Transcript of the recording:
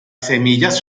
semillas